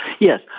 Yes